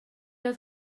oedd